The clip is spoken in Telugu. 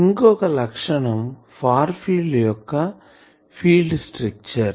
ఇంకొక లక్షణం ఫార్ ఫీల్డ్ యొక్క ఫీల్డ్ స్ట్రక్చర్